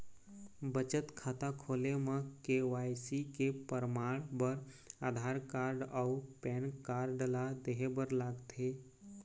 बचत खाता खोले म के.वाइ.सी के परमाण बर आधार कार्ड अउ पैन कार्ड ला देहे बर लागथे